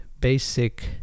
basic